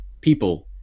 people